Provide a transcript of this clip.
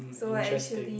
mm interesting